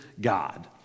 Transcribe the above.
God